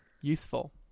Useful